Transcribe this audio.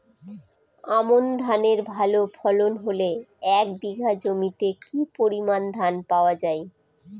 আমন ধানের ভালো ফলন হলে এক বিঘা জমিতে কি পরিমান ধান পাওয়া যায়?